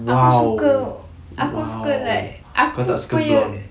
aku suka aku suka like aku punya